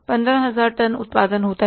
15000 tonne उत्पादन होता है